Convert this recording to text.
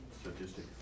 statistic